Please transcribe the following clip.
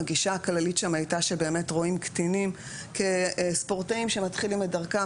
הגישה הכללית שם הייתה שבאמת רואים קטינים כספורטאים שמתחילים את דרכם,